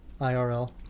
IRL